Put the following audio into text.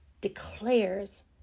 declares